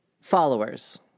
Followers